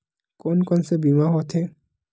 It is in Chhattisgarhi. कोन कोन से बीमा होथे?